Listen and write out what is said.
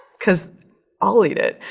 because i'll eat it.